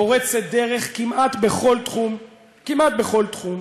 פורצת דרך כמעט בכל תחום, כמעט בכל תחום,